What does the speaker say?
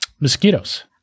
Mosquitoes